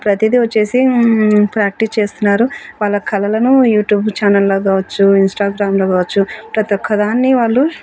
ప్రతిది వచ్చేసి ప్రాక్టీస్ చేస్తున్నారు వాళ్ళ కళలను యూట్యూబ్ ఛానల్లో కావచ్చు ఇంస్టాగ్రామ్లో కావచ్చు ప్రతి ఒక్క దాన్ని వాళ్ళు